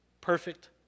perfect